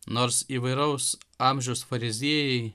nors įvairaus amžiaus fariziejai